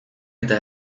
eta